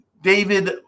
David